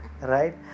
right